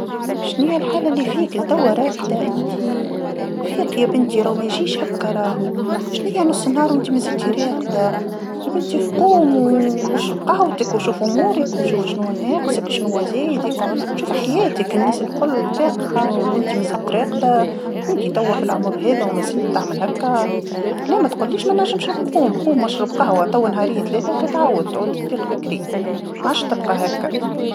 شناهي الحاله اللي فيك لتوا راقده إنتي، فيقي يا بنتي راهو ما يجيش هاكا راهو، شناهي نص النهار ونتي مازلتي راقده، يا بنتي ف- قوم واشرب قهوتك وشوف أمورك وشوف شنوا ناقصك وشنوا زايدك، شوف حياتك الناس الكل فاقت ون- نتي مزلت راقده، فهمتي توا في العمر هذا ومازلت تعمل هكا، لا ما تقوليش ما نجمش نقوم، قوم اشرب قهوة توا نهارين تلاثه وتتعود تعود تفيق بكري، ما عادش تبقى هاكا.